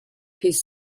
his